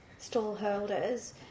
stallholders